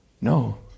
No